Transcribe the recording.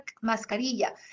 mascarilla